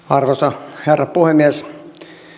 arvoisa herra puhemies